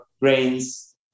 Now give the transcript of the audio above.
grains